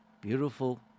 Beautiful